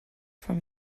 from